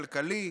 כלכלי.